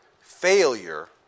failure